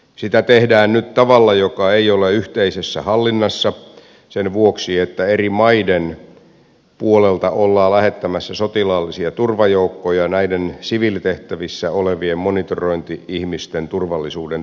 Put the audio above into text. sitä tehdään nyt tavalla joka ei ole yhteisessä hallinnassa sen vuoksi että eri maiden puolelta ollaan lähettämässä sotilaallisia turvajoukkoja näiden siviilitehtävissä olevien monitorointi ihmisten turvallisuuden takaamiseksi